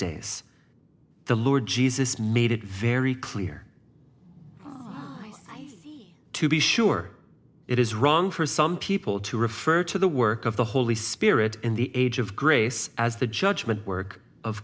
days the lord jesus made it very clear to be sure it is wrong for some people to refer to the work of the holy spirit in the age of grace as the judgement work of